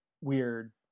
weird